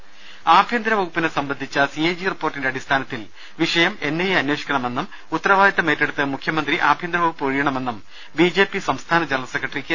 രുദ ആഭ്യന്തരവകുപ്പിനെ സംബന്ധിച്ച സി എ ജി റിപ്പോർട്ടിന്റെ അടിസ്ഥാനത്തിൽ എൻ ഐ എ അന്വേഷിക്കണമെന്നും ഉത്തരവാദിത്വം ഏറ്റെടുത്ത് വിഷയം മുഖ്യമന്ത്രി ആഭ്യന്തരവകുപ്പ് ഒഴിയണമെന്നും ബിജെപി സംസ്ഥാന ജനറൽ സെക്രട്ടറി കെ